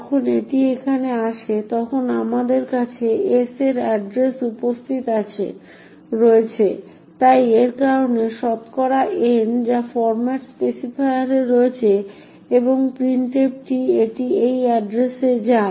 যখন এটি এখানে আসে তখন আমাদের কাছে s এর এড্রেস উপস্থিত রয়েছে তাই এর কারণে শতকরা n যা ফরম্যাট স্পেসিফায়ারে রয়েছে এবং printf এটি এই এড্রেস এ যায়